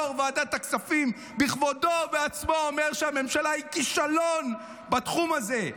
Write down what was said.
יו"ר ועדת הכספים בכבודו ובעצמו אומר שהממשלה היא כישלון בתחום הזה,